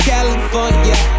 California